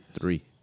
Three